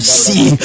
see